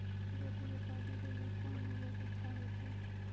बेटी के शादी लेली कोंन निवेश अच्छा होइतै?